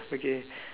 okay